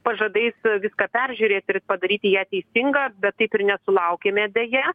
pažadai viską peržiūrėt ir padaryti ją teisinga bet taip ir nesulaukėme deja